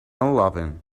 unloving